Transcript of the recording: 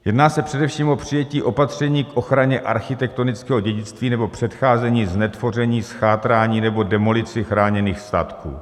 Jedná se především o přijetí opatření k ochraně architektonického dědictví nebo předcházení znetvoření, zchátrání nebo demolici chráněných statků.